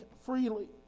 freely